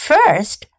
First